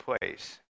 place